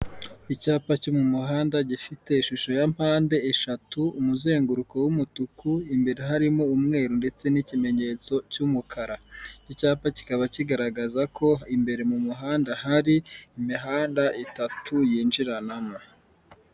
Icyapa cyo mu muhanda gifite ishusho ya mpande eshatu, umuzenguruko w'umutuku, imbere harimo umweru ndetse n'ikimenyetso cy'umukara, icyapa kikaba kigaragaza ko imbere mu muhanda hari imihanda itatu yinjiranamo.